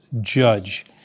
judge